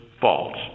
false